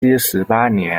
十八年